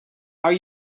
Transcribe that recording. are